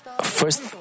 first